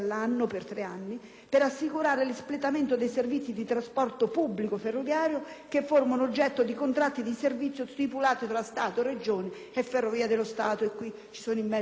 per assicurare l'espletamento dei servizi di trasporto pubblico ferroviario, che formano oggetto dei contratti di servizio stipulati da Stato, Regioni e Trenitalia spa (e ciò coinvolge i nostri pendolari).